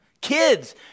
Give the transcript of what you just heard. Kids